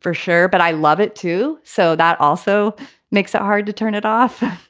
for sure. but i love it, too. so that also makes it hard to turn it off